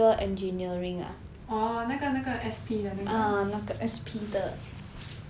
orh 那个那个 S_P 的那个